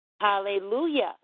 Hallelujah